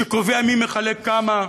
שקובע מי מחלק כמה,